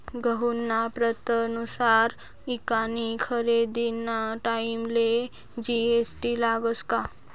गहूना प्रतनुसार ईकानी खरेदीना टाईमले जी.एस.टी लागस का?